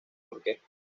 orquesta